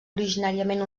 originàriament